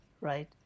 right